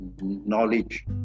knowledge